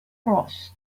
cross